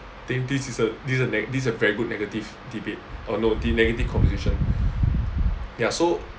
think this is a this is a neg~ this is a very good negative debate or no the negative composition ya so